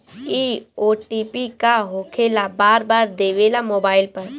इ ओ.टी.पी का होकेला बार बार देवेला मोबाइल पर?